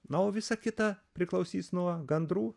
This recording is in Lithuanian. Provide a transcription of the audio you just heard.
na o visa kita priklausys nuo gandrų